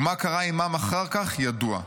ומה קרה עימם אחר כך, ידוע.